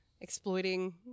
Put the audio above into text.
exploiting